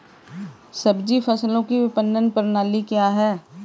सब्जी फसलों की विपणन प्रणाली क्या है?